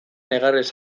negarrez